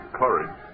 courage